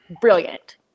brilliant